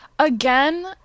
Again